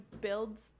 builds